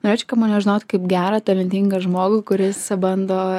norėčiau kad mane žinotų kaip gerą talentingą žmogų kuris bando